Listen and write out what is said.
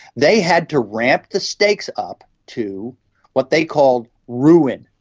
they had to ramp the stakes up to what they called ruin,